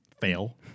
Fail